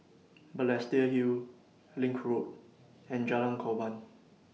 Balestier Hill LINK Road and Jalan Korban